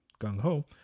gung-ho